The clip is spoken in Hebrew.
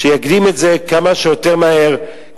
שרק בשנה האחרונה דיברתי,